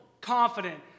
confident